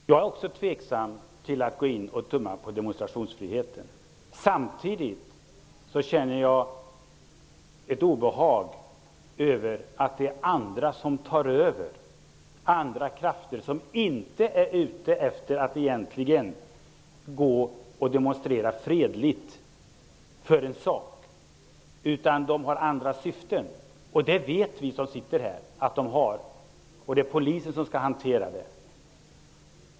Herr talman! Jag är också tveksam till att gå in och tumma på demonstrationsfriheten. Samtidigt känner jag ett obehag över att det är andra krafter som tar över. Dessa krafter är egentligen inte ute efter att demonstrera fredligt för en sak. De har andra syften. Det vet vi som sitter här att de har. Det är polisen som skall hantera det.